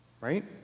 right